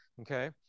okay